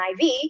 IV